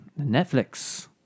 Netflix